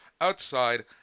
outside